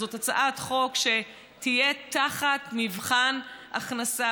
זאת הצעת חוק שתהיה תחת מבחן הכנסה,